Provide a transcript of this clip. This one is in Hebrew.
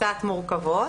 קצת מורכבות,